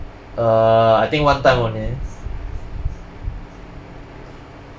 err I think one time only